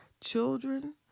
children